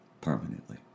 Permanently